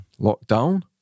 lockdown